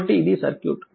కాబట్టి ఇది సర్క్యూట్